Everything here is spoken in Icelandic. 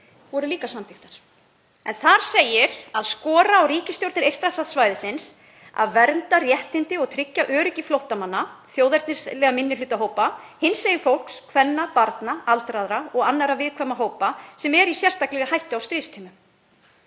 voru líka samþykktar, en þar er skorað á ríkisstjórnir Eystrasaltssvæðisins að vernda réttindi og tryggja öryggi flóttamanna, þjóðernislegra minnihlutahópa, hinsegin fólks, kvenna, barna, aldraðra og annarra viðkvæmra hópa sem eru í sérstakri hættu á stríðstímum.